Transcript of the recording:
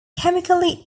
chemically